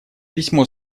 письмо